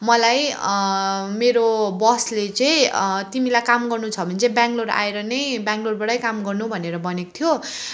मलाई मेरो बसले चाहिँ तिमीलाई काम गर्नु छ भने चाहिँ बेङ्गलोर आएर नै बेङ्गलोरबाटै काम गर्नु भनेर भनेको थियो